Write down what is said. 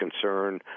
concern